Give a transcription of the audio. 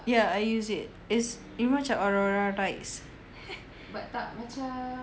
ya I use it is dia macam aurora lights